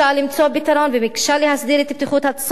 פתרון וביקשה להסדיר את בטיחות הצומת,